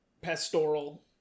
pastoral